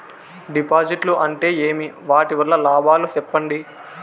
డిపాజిట్లు అంటే ఏమి? వాటి వల్ల లాభాలు సెప్పండి?